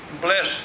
bless